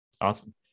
Awesome